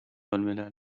الملل